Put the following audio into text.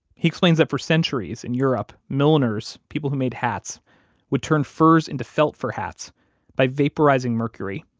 he explains that for centuries in europe, milliners people who made hats would turn furs into felt for hats by vaporizing mercury,